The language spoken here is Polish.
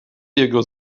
jego